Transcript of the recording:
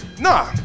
Nah